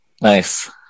Nice